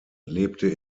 lebte